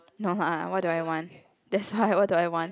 no lah what do I want that's why what do I want